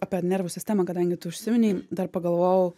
apie nervų sistemą kadangi tu užsiminei dar pagalvojau